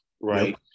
right